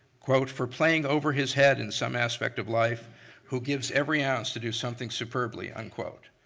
quote for playing over his head in some aspect of life who gives every ounce to do something superbly, unquote.